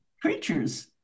creatures